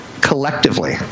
collectively